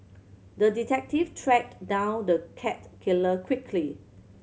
the detective tracked down the cat killer quickly